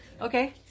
Okay